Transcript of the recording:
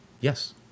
Yes